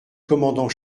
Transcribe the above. commandant